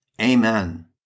Amen